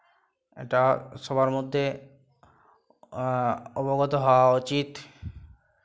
এটা সবার মধ্যে অবগত হওয়া উচিত